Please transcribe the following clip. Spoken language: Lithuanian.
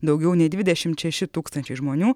daugiau nei dvidešimt šeši tūkstančiai žmonių